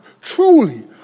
Truly